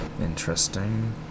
Interesting